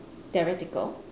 theoretical